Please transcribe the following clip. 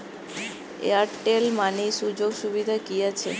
Airtel money সুযোগ সুবিধা কি আছে?